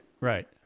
Right